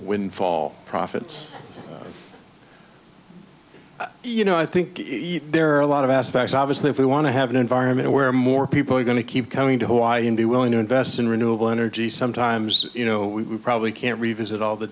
windfall profits you know i think there are a lot of aspects obviously if we want to have an environment where more people are going to keep coming to hawaii and be willing to invest in renewable energy sometimes you know we probably can't revisit all the